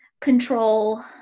control